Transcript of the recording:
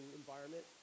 environment